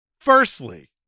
firstly